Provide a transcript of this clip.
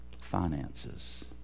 finances